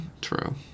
True